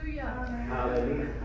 hallelujah